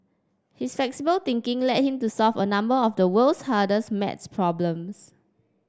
his flexible thinking led him to solve a number of the world's hardest maths problems